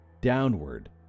downward